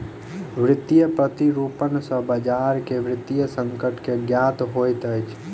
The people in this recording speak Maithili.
वित्तीय प्रतिरूपण सॅ बजार के वित्तीय संकट के ज्ञात होइत अछि